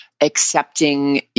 accepting